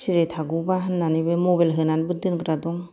सिरि थागौबा होनानैबो मबेल होनानैबो दोनग्रा दं